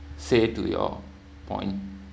say to your point